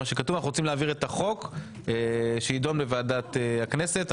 שיידון בוועדת הכנסת.